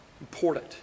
important